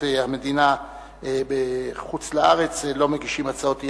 המדינה בחוץ-לארץ לא מגישים הצעות אי-אמון,